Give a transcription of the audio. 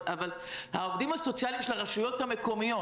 אבל העובדים הסוציאליים של הרשויות המקומיות